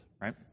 right